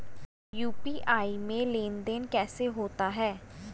UPI में लेनदेन कैसे होता है?